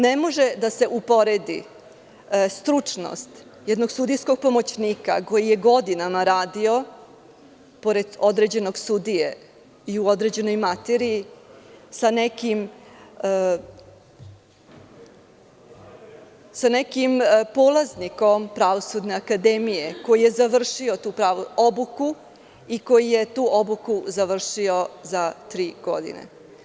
Ne može da se uporedi stručnost jednog sudijskog pomoćnika, koji je godinama radio pored određenog sudije i u određenoj materiji, sa nekim polaznikom Pravosudne akademije, koji je završio obuku i koji je tu obuku završio za tri godine.